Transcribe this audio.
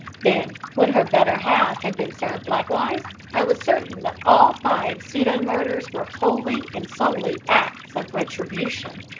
then when her better-half had been served likewise, i was certain that all five pseudo-murders were wholly and solely acts of retribution,